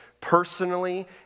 personally